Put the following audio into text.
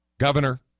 Governor